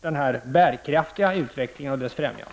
den här bärkraftiga utvecklingen. Fru talman!